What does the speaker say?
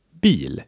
bil